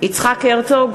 יצחק הרצוג,